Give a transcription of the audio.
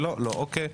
לא אוקיי,